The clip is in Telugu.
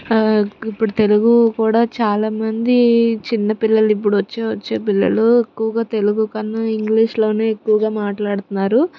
ఇప్పుడు తెలుగు కూడా చాలా మంది చిన్నపిల్లలు ఇప్పుడు వచ్చే వచ్చే పిల్లలు ఎక్కువగా తెలుగు కన్నా ఇంగ్లీషులో ఎక్కువగా మాట్లాడుతున్నారు